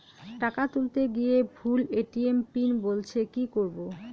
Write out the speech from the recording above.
টাকা তুলতে গিয়ে ভুল এ.টি.এম পিন বলছে কি করবো?